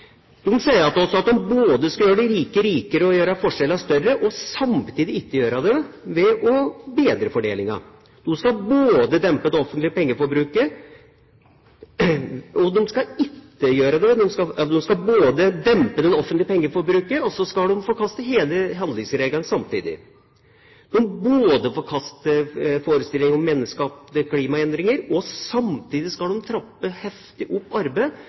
De sier til oss at de både skal gjøre de rike rikere og gjøre forskjellene større og samtidig ikke gjøre det ved å bedre fordelingen både skal dempe det offentlige pengeforbruket og samtidig forkaste hele handlingsregelen både skal forkaste forestillingen om menneskeskapte klimaendringer, samtidig som de skal trappe heftig opp